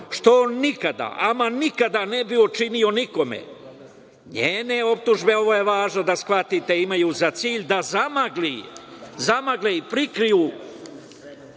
što on nikada ne bi učinio nikome. Njene optužbe, ovo je važno da shvatite, imaju za cilj da zamagle i prikriju